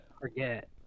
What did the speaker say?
forget